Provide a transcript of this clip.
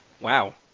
Wow